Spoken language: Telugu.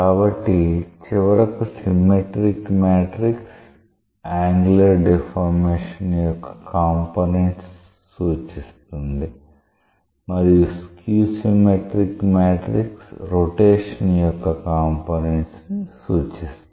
కాబట్టి చివరకు సిమెట్రిక్ మ్యాట్రిక్స్ యాంగులర్ డిఫార్మేషన్ యొక్క కాంపోనెంట్స్ సూచిస్తుంది మరియు skew సిమెట్రిక్ మ్యాట్రిక్స్ రొటేషన్ యొక్క కాంపోనెంట్స్ ని సూచిస్తుంది